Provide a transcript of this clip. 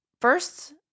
First